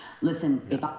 listen